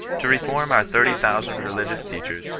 to reform our thirty thousand religious teachers,